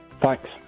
thanks